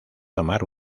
tomar